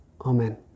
Amen